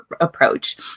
approach